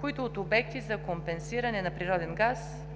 които от обекти за компресиране на природен газ